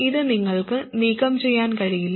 ഇത് നിങ്ങൾക്ക് നീക്കം ചെയ്യാൻ കഴിയില്ല